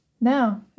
no